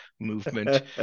movement